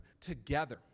together